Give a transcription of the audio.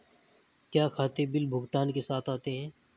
क्या खाते बिल भुगतान के साथ आते हैं?